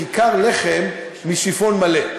כיכר לחם משיפון מלא.